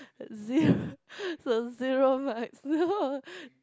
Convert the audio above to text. zero so zero marks no